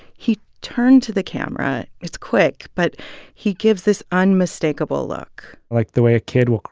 he turned to the camera it's quick but he gives this unmistakable look like the way a kid will,